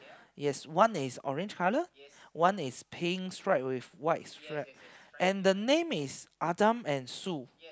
yes one is orange colour one is pink stripe with white strap and the name is Adam and Sue